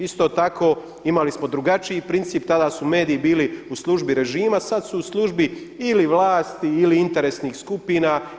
Isto tako, imali smo drugačiji princip, tada su mediji bili u službi režima a sada su u službi ili vlasti ili interesnih skupina.